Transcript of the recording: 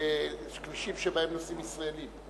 בכבישים שבהם נוסעים ישראלים.